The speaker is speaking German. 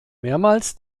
mehrmals